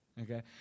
Okay